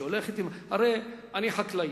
הרי אני חקלאי.